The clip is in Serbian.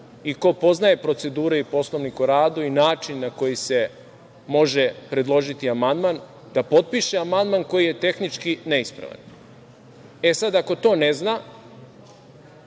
i ko poznaje procedure i Poslovnik o radu i način na koji se može predložiti amandman, da potpiše amandman koji je tehnički neispravan. E, sad, ako to ne zna,